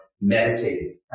meditating